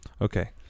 Okay